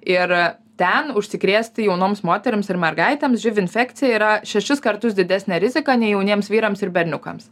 ir ten užsikrėsti jaunoms moterims ir mergaitėms živ infekcija yra šešis kartus didesnė rizika nei jauniems vyrams ir berniukams